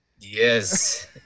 Yes